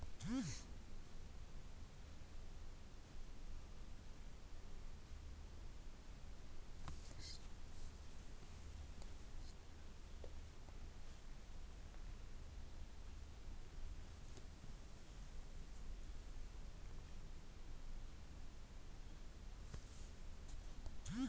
chestnut ಹಣ್ಣಿನ ಬೀಜಗಳನ್ನು ಆಹಾರಕ್ಕಾಗಿ, ಹಿಟ್ಟಿನಂತೆ ಪುಡಿಮಾಡಿ ಸಂಗ್ರಹಿಸಿ ಇಟ್ಟುಕೊಂಡು ಬಳ್ಸತ್ತರೆ